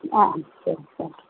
ஆ சரிங்க சார்